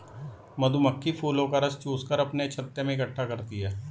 मधुमक्खी फूलों का रस चूस कर अपने छत्ते में इकट्ठा करती हैं